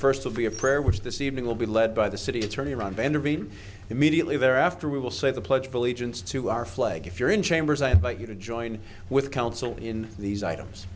first will be a prayer which this evening will be led by the city attorney run by intervening immediately thereafter we will say the pledge of allegiance to our flag if you're in chambers i invite you to join with council in these items